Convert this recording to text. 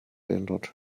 ändert